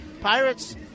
Pirates